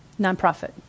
nonprofit